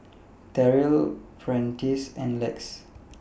Terrill Prentice and Lex